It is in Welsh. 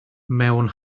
mewn